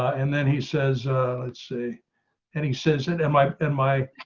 and then he says it's a and he says it. am i, am i